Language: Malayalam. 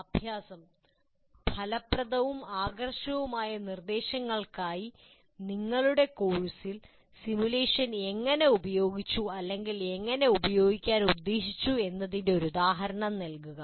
അഭ്യാസം ഫലപ്രദവും ആകർഷകവുമായ നിർദ്ദേശങ്ങൾക്കായി നിങ്ങളുടെ കോഴ്സിൽ സിമുലേഷൻ എങ്ങനെ ഉപയോഗിച്ചു അല്ലെങ്കിൽ ഉപയോഗിക്കാൻ ഉദ്ദേശിച്ചു എന്നതിന് ഒരു ഉദാഹരണം നൽകുക